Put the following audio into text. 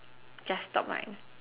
just stop right